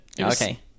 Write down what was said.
Okay